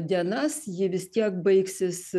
dienas ji vis tiek baigsis